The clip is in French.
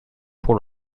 pour